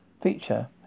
feature